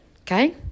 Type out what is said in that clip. okay